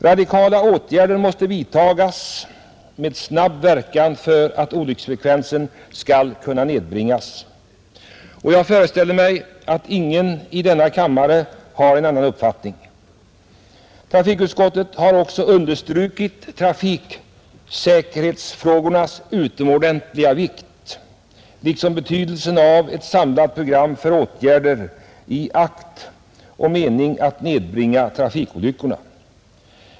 Radikala åtgärder måste vidtagas med snabb verkan för att olycksfrekvensen skall kunna nedbringas. Jag föreställer mig att ingen i denna kammare har en annan uppfattning. Trafikutskottet har också understrukit trafiksäkerhetsfrågornas utomordentliga vikt liksom betydelsen av ett samlat program för åtgärder i akt och mening att nedbringa trafikolyckornas antal.